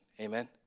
Amen